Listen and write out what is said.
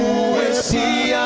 see